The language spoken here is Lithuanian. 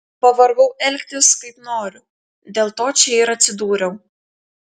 pavargau elgtis kaip noriu dėl to čia ir atsidūriau